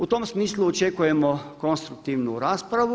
U tom smislu očekujemo konstruktivnu raspravu.